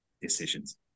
decisions